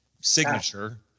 signature